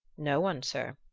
no one, sir.